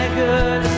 good